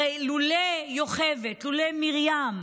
הרי לולא יוכבד, לולא מרים,